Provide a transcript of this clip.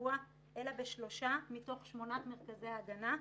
קבוע אלא בשלושה מתוך שמונת מרכזי ההגנה.